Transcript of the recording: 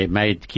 made